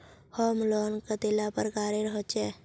Home loan कतेला प्रकारेर होचे?